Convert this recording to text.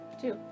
two